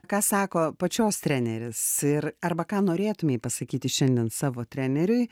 ką sako pačios treneris ir arba ką norėtumei pasakyti šiandien savo treneriui